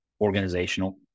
organizational